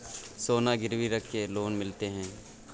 सोना गिरवी रख के लोन मिलते है?